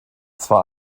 zwar